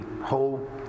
whole